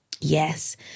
Yes